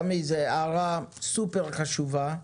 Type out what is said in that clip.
סמי, זאת הערה סופר חשובה.